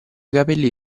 capelli